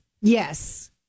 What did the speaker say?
Yes